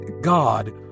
God